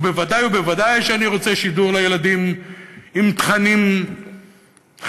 ובוודאי ובוודאי שאני רוצה שידור לילדים עם תכנים חינוכיים,